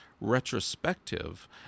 retrospective